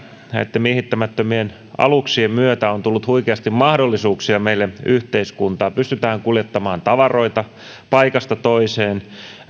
näitten miehittämättömien aluksien myötä on tullut huikeasti mahdollisuuksia meille yhteiskuntaan pystytään kuljettamaan tavaroita paikasta toiseen